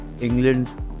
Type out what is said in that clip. England